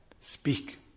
Speak